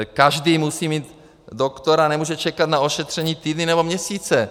Každý musí mít doktora a nemůže čekat na ošetření týdny nebo měsíce.